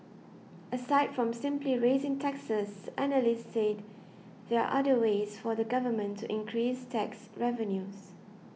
aside from simply raising taxes analysts said there are other ways for the Government to increase tax revenues